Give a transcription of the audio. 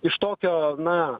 iš tokio na